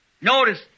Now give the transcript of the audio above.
Notice